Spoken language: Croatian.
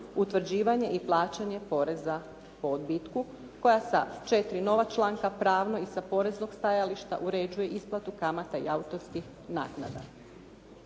"Utvrđivanje i plaćanje poreza po odbitku" koja sa četiri nova članka pravno i sa poreznog stajališta uređuje isplatu kamata i autorskih naknada.